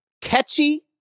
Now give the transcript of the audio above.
Catchy